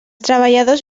treballadors